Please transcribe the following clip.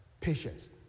Patience